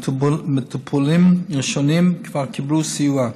מטופלים ראשונים כבר קיבלו סיוע.